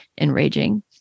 enraging